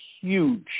Huge